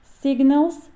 signals